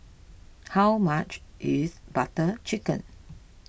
how much is Butter Chicken